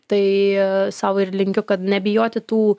tai sau ir linkiu kad nebijoti tų